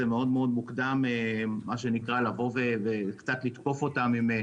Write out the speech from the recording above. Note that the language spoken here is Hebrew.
זה מאוד מוקדם ולבוא וקצת לתקוף אותם,